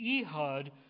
Ehud